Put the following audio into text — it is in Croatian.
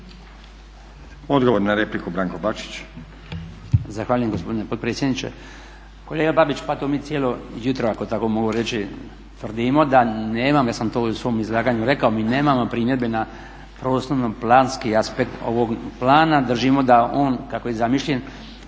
Odgovor na repliku Branko Bačić.